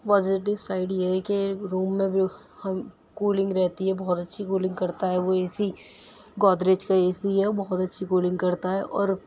positive side یہ ہے کہ روم میں بھی ہم کولنگ رہتی ہے بہت اچھی کولنگ کرتا ہے وہ اے سی گودریج کا اے سی ہے بہت اچھی کولنگ کرتا ہے اور